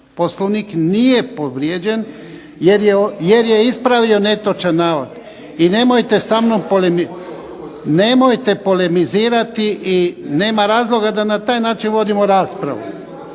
Poslovnik nije povrijeđen jer je ispravio netočan navod i nemojte sa mnom polemizirati. … /Upadica se ne razumije./…